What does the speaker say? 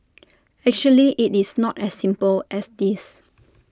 actually IT is not as simple as this